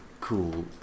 cool